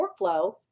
workflow